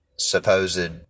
supposed